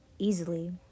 easily